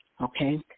okay